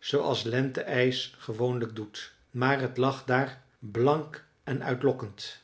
zooals lente ijs gewoonlijk doet maar het lag daar blank en uitlokkend